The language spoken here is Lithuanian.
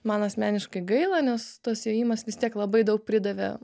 man asmeniškai gaila nes tas jojimas vis tiek labai daug pridavė